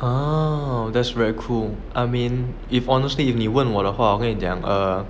oh that's very cool I mean if honestly if 你问我的话我跟你讲 err